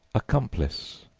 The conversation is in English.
accomplice,